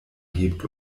hebt